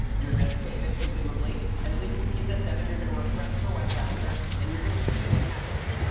you're going to save it, presumably. and at least in p-set seven, you're going to refresh your web browser, and you're going to see what happened.